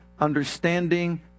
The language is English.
understanding